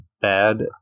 bad